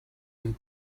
and